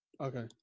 Okay